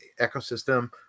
ecosystem